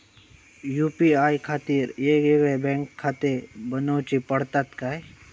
UPI खातीर येगयेगळे बँकखाते बनऊची पडतात काय?